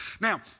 Now